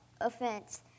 offense